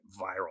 viral